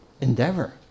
endeavor